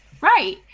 Right